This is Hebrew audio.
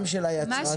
גם של היצרניים,